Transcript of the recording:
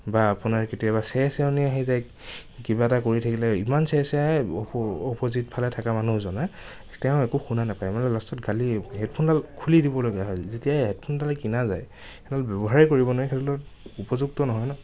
বা আপোনাৰ কেতিয়াবা চেৰচৰেণি আহি যায় কিবা এটা কৰি থাকিলে ইমান চেৰচেৰাই অপ অপজিতফালে থকা মানুহজনে তেওঁ একো শুনা নাপায় মানে লাষ্টত গালি হেডফোনডাল খুলি দিবলগীয়া হয় যেতিয়া হেডফোনডাল কিনা যায় সেইডাল ব্যৱহাৰে কৰিব নোৱাৰি সেইডালত উপযুক্ত নহয় ন